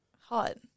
Hot